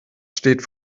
steht